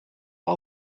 all